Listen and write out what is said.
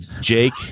Jake